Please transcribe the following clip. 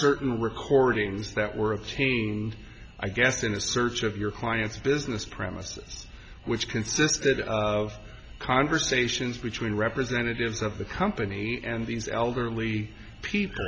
certain recordings that were obtained i guess in a search of your client's business premises which consisted of conversations between representatives of the company and these elderly people